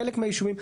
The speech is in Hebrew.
חלק מהישובים.